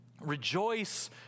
Rejoice